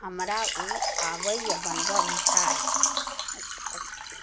हमरा ओ आबैए बनबऽ मिठाइ